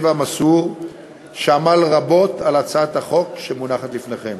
והמסור שעמל רבות על הצעת החוק שמונחת בפניכם,